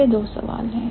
यह दो सवाल हैं